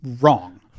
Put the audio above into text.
Wrong